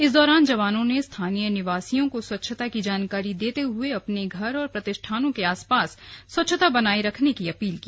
इस दौरान जवानों ने स्थानीय निवासियों को स्वच्छता की जानकारी देते हुए अपने घर और प्रतिष्ठानों के आसपास स्वच्छता बनाए रखने की अपील की